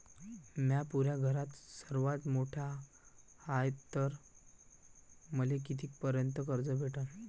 म्या पुऱ्या घरात सर्वांत मोठा हाय तर मले किती पर्यंत कर्ज भेटन?